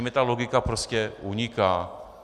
Mně ta logika prostě uniká.